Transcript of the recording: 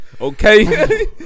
Okay